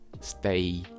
stay